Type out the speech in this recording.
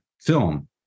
film